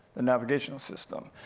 and navigational system.